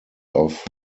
off